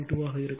2 ஆக இருக்கும்